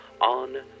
on